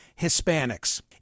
Hispanics